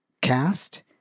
cast